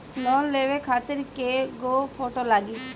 Loan लेवे खातिर कै गो फोटो लागी?